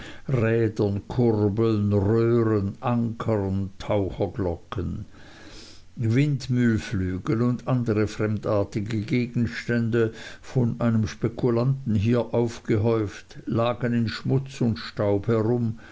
rädern kurbeln röhren ankern taucherglocken windmühlflügel und andere fremdartige gegenstände von einem spekulanten hier aufgehäuft lagen in schmutz und staub herum